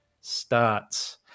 starts